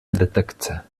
detekce